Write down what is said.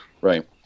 right